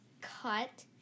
cut